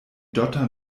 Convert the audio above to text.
dotter